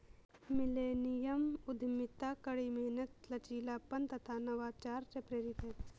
millennium उद्यमिता कड़ी मेहनत, लचीलापन तथा नवाचार से प्रेरित है